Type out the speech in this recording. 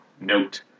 note